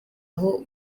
aho